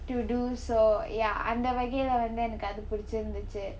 to do so ya அந்த வகைல வந்து எனக்கு அது புடிச்சு இருந்துச்சி:antha vakaila vanthu enakku athu pudichu irunthuchi